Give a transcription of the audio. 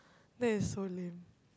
that is so lame